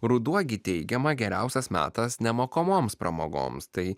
ruduo gi teigiama geriausias metas nemokamoms pramogoms tai